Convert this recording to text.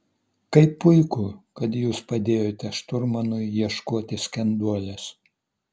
kaip puiku kad jūs padėjote šturmanui ieškoti skenduolės